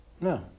No